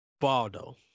Baldo